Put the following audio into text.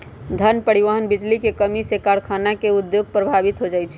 जन, परिवहन, बिजली के कम्मी से कारखाना के उद्योग प्रभावित हो जाइ छै